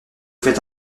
faites